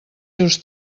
seus